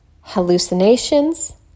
hallucinations